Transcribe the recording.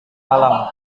malam